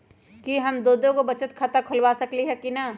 कि हम दो दो गो बचत खाता खोलबा सकली ह की न?